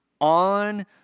on